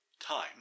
time